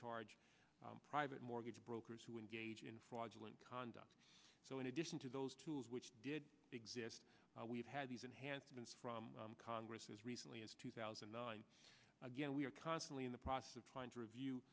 charge private mortgage brokers who engage in fraudulent conduct so in addition to those tools which did exist we've had these enhanced from congress as recently as two thousand and nine again we are constantly in the process of trying to review